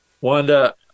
wanda